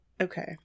Okay